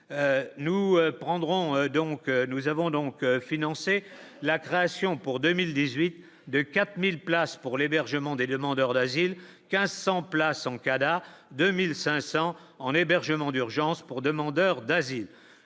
nous avons donc financer la création pour 2018 de 4000 places pour l'hébergement des demandeurs d'asile, 1500 places en Cada, 2500 en hébergement d'urgence pour demandeurs d'asile,